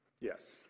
Yes